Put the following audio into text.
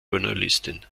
journalistin